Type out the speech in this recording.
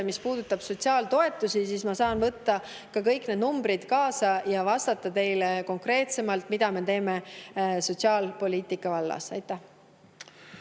mis puudutab sotsiaaltoetusi, siis ma saan võtta ka kõik need numbrid kaasa ja vastata teile konkreetsemalt, mida me teeme sotsiaalpoliitika vallas. Aitäh!